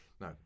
No